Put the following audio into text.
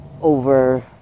over